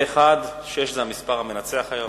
התרבות והספורט נתקבלה.